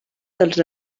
dels